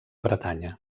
bretanya